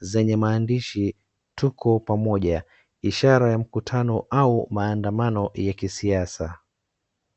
zenye maandishi tuko pamoja ishara ya mkutano au maandamano ya kisiasa.